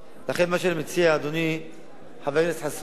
לכן מה שאני מציע, אדוני חבר הכנסת חסון,